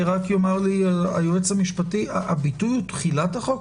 יאמר לי היועץ המשפטי הביטוי הוא תחילת החוק?